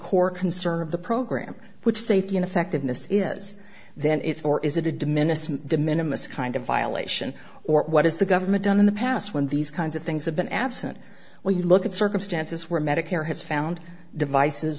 core concern of the program which safety ineffectiveness is that it's or is it a diminishment de minimus kind of violation or what is the government done in the past when these kinds of things have been absent where you look at circumstances where medicare has found devices